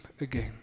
again